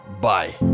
Bye